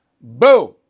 boom